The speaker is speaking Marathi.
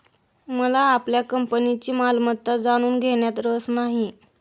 मला आपल्या कंपनीची मालमत्ता जाणून घेण्यात रस नाही